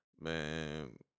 man